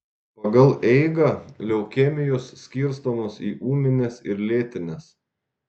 pagal eigą leukemijos skirstomos į ūmines ir lėtines